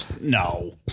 No